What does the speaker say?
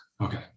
Okay